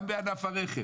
גם בענף הרכב